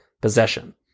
possession